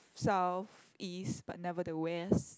south east but never the west